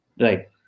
right